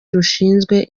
rushinzwe